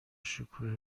شکوه